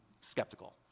skeptical